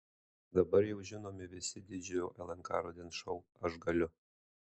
dabar jau žinomi visi didžiojo lnk rudens šou aš galiu